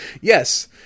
Yes